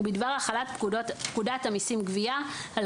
ובדבר החלת פקודת המיסים (גבייה) על